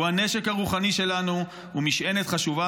"הוא הנשק הרוחני שלנו ומשענת חשובה